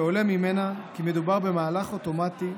ועולה ממנה כי מדובר במהלך אוטומטי,